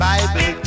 Bible